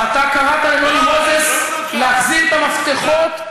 מה, אתה קראת לנוני מוזס להחזיר את המפתחות?